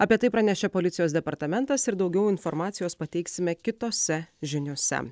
apie tai pranešė policijos departamentas ir daugiau informacijos pateiksime kitose žiniose